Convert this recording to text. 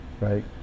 right